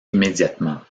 immédiatement